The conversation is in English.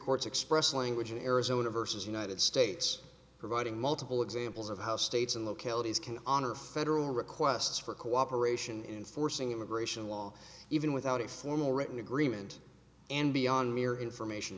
court's expressed language in arizona versus united states providing multiple examples of how states and localities can honor federal requests for cooperation in forcing immigration law even without a formal written agreement and beyond mere information